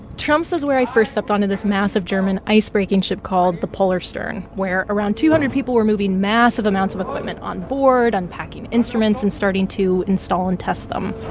tromso's where i first stepped onto this massive german ice-breaking ship called the polarstern, where around two hundred people were moving massive amounts of equipment on board, unpacking instruments and starting to install and test them.